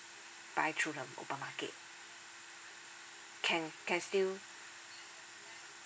buy through the open market can can still